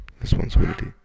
responsibility